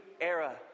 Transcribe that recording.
era